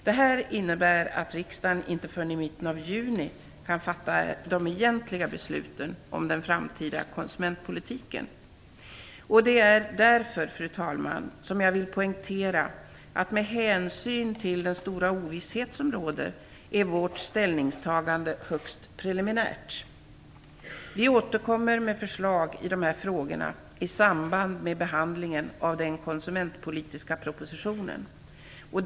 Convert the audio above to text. Det innebär att riksdagen inte förrän i mitten av juni kan fatta de egentliga besluten om den framtida konsumentpolitiken. Fru talman! Med hänsyn till den stora ovisshet som råder vill jag poängtera att vårt ställningstagande är högst preliminärt. Vi återkommer med förslag i de här frågorna i samband med behandlingen av den konsumentpolitiska propositionen.